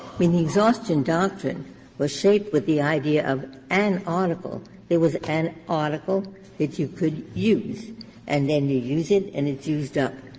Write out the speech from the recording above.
mean, the exhaustion doctrine was shaped with the idea of an article there was an article you could use and then you use it and it's used up.